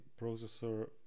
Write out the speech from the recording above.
processor